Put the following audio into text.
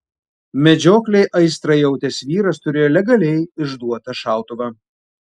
medžioklei aistrą jautęs vyras turėjo legaliai išduotą šautuvą